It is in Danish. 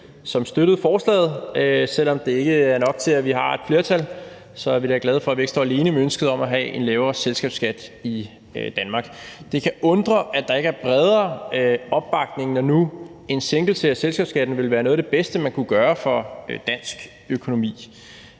som støttede forslaget. Selv om det ikke er nok til, at vi har et flertal, så er vi da glade for, at vi ikke står alene med ønsket om at have en lavere selskabsskat i Danmark. Det kan undre, at der ikke er en bredere opbakning, når nu en sænkelse af selskabsskatten ville være noget af det bedste, man kunne gøre for dansk økonomi.